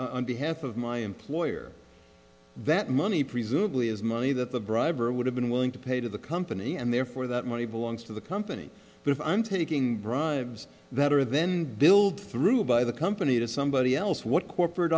on behalf of my employer that money presumably is money that the bribery would have been willing to pay to the company and therefore that money belongs to the company but if i'm taking bribes that are then build through by the company to somebody else what corporate